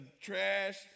trash